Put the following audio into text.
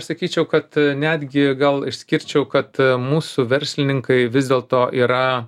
sakyčiau kad netgi gal išskirčiau kad mūsų verslininkai vis dėl to yra